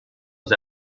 les